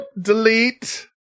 delete